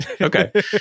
Okay